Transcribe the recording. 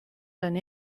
done